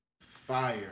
fire